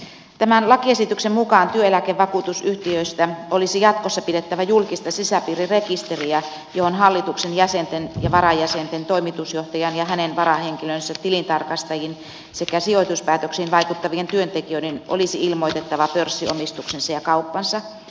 tämän lakiesityksen mukaan työeläkevakuutusyhtiöistä olisi jatkossa pidettävä julkista sisäpiirirekisteriä johon hallituksen jäsenten ja varajäsenten toimitusjohtajan ja hänen varahenkilönsä tilintarkastajien sekä sijoituspäätöksiin vaikuttavien työntekijöiden olisi ilmoitettava pörssiomistuksensa ja kauppansa